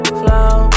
flow